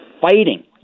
fighting